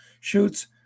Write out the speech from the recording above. shoots